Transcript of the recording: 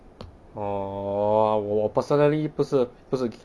orh 我 personally 不是不是